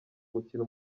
gukina